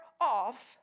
off